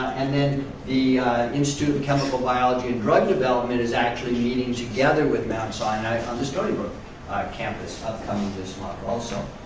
and then the institute of chemical biology and drug development is actually meeting together with mt. sinai on the stony brook campus upcoming this month, also.